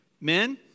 Men